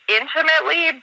intimately